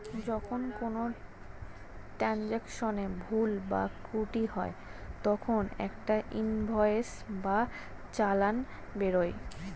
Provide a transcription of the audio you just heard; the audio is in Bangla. যখন কোনো ট্রান্জাকশনে ভুল বা ত্রুটি হয় তখন একটা ইনভয়েস বা চালান বেরোয়